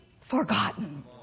forgotten